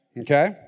okay